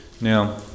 now